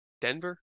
Denver